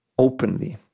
openly